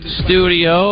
studio